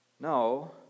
no